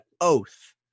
oath